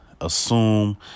assume